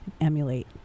emulate